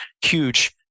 Huge